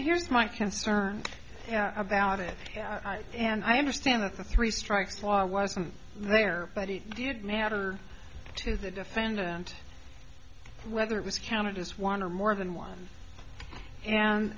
here's my concern about it and i understand that the three strikes law wasn't there but it didn't matter to the defendant whether it was counted as one or more than one and